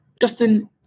Justin